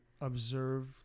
observe